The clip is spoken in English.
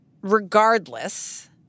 Regardless